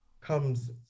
comes